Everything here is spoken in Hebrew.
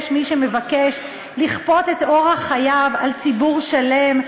מי שמבקש לכפות את אורח חייו על ציבור שלם.